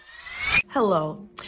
Hello